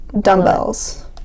dumbbells